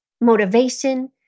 motivation